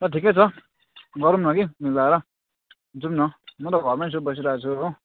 ल ठिकै छ गरौँ न कि मिलाएर जाउँ न म त घरमै छु बसीरहेछु हो